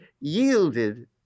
yielded